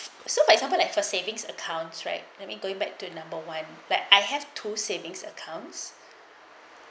so for example like for savings accounts right let me going back to number one like I have to savings accounts